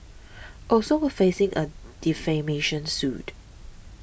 also a facing a defamation suit